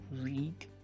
read